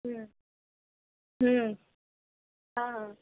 ہوں ہوں ہاں